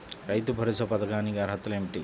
రైతు భరోసా పథకానికి అర్హతలు ఏమిటీ?